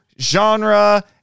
genre